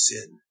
sin